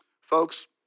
Folks